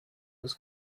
was